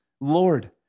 Lord